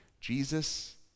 Jesus